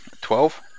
Twelve